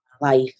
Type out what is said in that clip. life